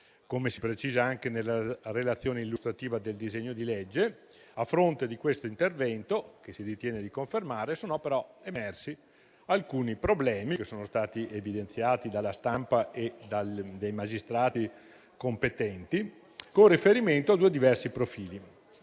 Come si precisa anche nella relazione illustrativa del disegno di legge, a fronte di questo intervento, che si ritiene di confermare, sono però emersi alcuni problemi, che sono stati evidenziati dalla stampa e dai magistrati competenti, con riferimento a due diversi profili.